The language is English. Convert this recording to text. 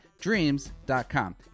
Dreams.com